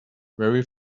very